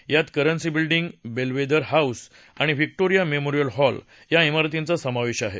यात currency building Belvedere House आणि Victoria Memorial Hall या इमारतींचा समावेश आहे